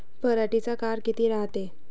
पराटीचा काळ किती रायते?